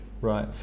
Right